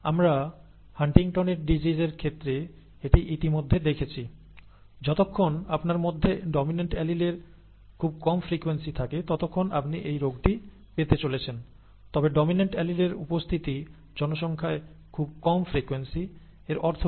আমরা হান্টিংটনের disease Huntington's disease এর ক্ষেত্রে এটি ইতিমধ্যে দেখেছি যতক্ষণ আপনার মধ্যে ডমিনেন্ট অ্যালিলের খুব কম ফ্রিকোয়েন্সি থাকে ততক্ষণ আপনি এই রোগটি পেতে চলেছেন তবে ডমিনেন্ট অ্যালিলের উপস্থিতি জনসংখ্যায় খুব কম ফ্রিকোয়েন্সি এর অর্থ কি